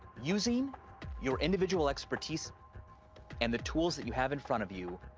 using your individual expertise and the tools that you have in front of you,